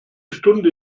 stunde